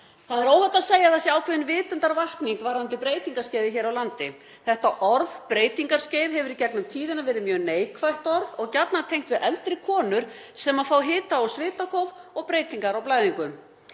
Það er óhætt að segja að það sé ákveðin vitundarvakning varðandi breytingaskeiðið hér á landi. Þetta orð, breytingaskeið, hefur í gegnum tíðina verið mjög neikvætt orð og gjarnan tengt við eldri konur sem fá hita- og svitakóf og breytingar á blæðingum.